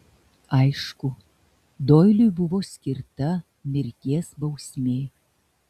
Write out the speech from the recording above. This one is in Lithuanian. aišku doiliui buvo skirta mirties bausmė